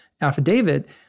affidavit